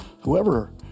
whoever